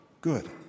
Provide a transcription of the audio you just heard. Good